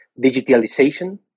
digitalization